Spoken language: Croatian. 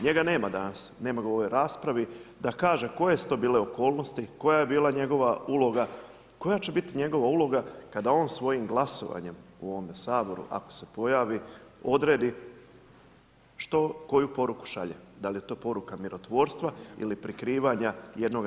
Njega nema danas, nema ga u ovoj raspravi da kaže koje su to bile okolnosti, koja je bila njegova uloga, koja će biti njegova uloga kada on svojim glasovanjem u ovome Saboru, ako se pojavi, odredi što koju poruku šalje, da li je to poruka mirotvorstva ili prekrivanja jednoga